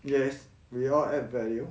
yes we all add value